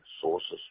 sources